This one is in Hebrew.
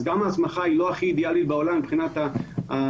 אז גם ההסמכה היא לא הכי אידיאלית בעולם מבחינת איך